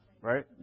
right